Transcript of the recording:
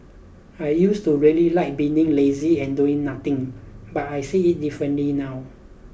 I used to really like being lazy and doing nothing but I see it differently now